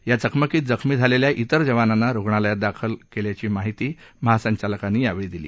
या चकमकीत जखमी झालेल्या विर जवानांना रुग्णालयात दाखल झाल्याची माहिती महासंचालकांनी यावेळी दिली